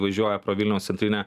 važiuoja pro vilniaus centrinę